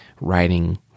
writing